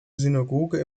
synagoge